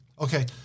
Okay